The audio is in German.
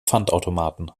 pfandautomaten